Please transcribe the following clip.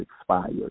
expired